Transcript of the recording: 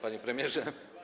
Panie Premierze!